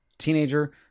teenager